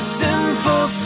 sinful